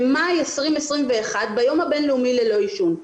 במאי 2021, ביום הבין-לאומי ללא עישון.